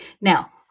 Now